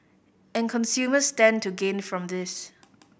and consumers stand to gain from this